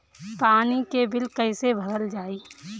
पानी के बिल कैसे भरल जाइ?